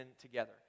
together